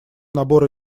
набор